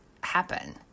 happen